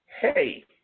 hey